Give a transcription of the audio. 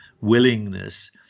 willingness